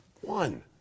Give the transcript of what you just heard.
one